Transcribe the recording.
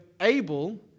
able